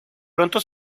pronto